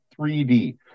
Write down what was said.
3d